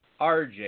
RJ